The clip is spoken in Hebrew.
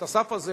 את הסף הזה,